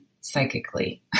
psychically